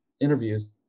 interviews